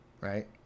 right